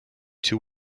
two